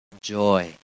joy